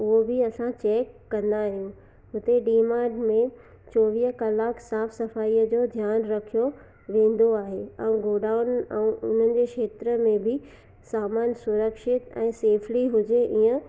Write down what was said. उहो बि असां चेक कंदा आहियूं हुते डी माट में चोवीह कलाक साफ़ु सफ़ाईअ जो ध्यानु रखियो वेंदो आहे ऐं गोडाउन ऐं उन्हनि जे खेत्र में बि सामानु सुरक्षित ऐं सेफ़ली हुजे इअं